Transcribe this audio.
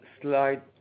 slide